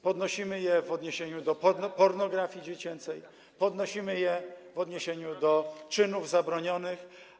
Podnosimy je w odniesieniu do pornografii dziecięcej, podnosimy je w odniesieniu do czynów zabronionych.